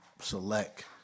select